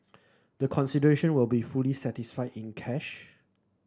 the consideration will be fully satisfied in cash